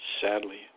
Sadly